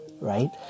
right